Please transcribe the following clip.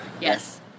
Yes